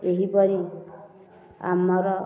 ଏହିପରି ଆମର